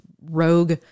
rogue